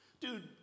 Dude